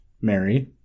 Mary